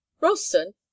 Ralston